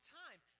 time